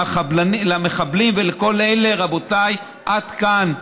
למחבלים ולכל אלה: רבותיי, עד כאן.